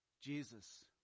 Jesus